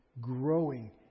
growing